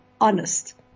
honest